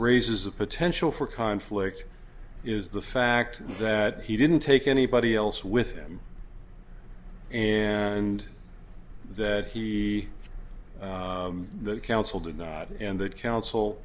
raises a potential for conflict is the fact that he didn't take anybody else with him and that he the counsel did not and that coun